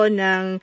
ng